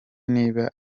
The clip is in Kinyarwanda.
niba